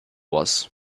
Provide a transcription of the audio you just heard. was